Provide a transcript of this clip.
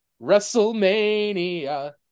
wrestlemania